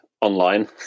online